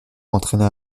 entraîna